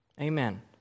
amen